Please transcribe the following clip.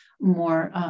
more